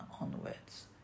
onwards